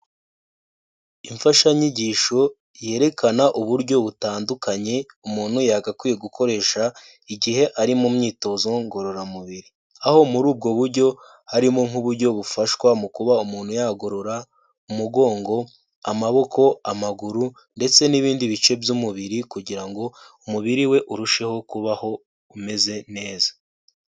Imfashanyigisho yerekana uburyo butandukanye umuntu yagakwiye gukoresha igihe ari mu myitozo ngororamubiri. Aho muri ubwo buryo harimo nk'uburyo bufashwa mu kuba umuntu yagorora umugongo, amaboko, amaguru ndetse n'ibindi bice by'umubiri kugira ngo umubiri we urusheho kubaho umeze neza.